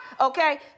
Okay